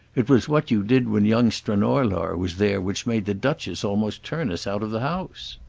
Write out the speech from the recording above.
it was what you did when young stranorlar was there which made the duchess almost turn us out of the house.